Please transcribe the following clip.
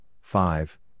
Five